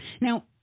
now